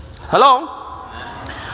hello